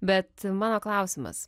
bet mano klausimas